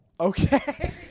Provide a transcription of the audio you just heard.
Okay